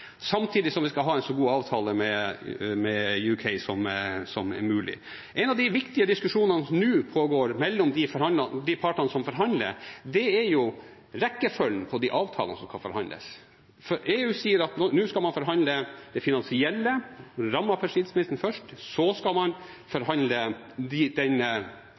samtidig som vi skal ha en så god avtale med Storbritannia som mulig. En av de viktige diskusjonene som nå pågår mellom de partene som forhandler, er rekkefølgen på de avtalene som skal forhandles. EU sier at nå skal man forhandle det finansielle, rammene for skilsmissen, først, så skal man forhandle fram rammen for den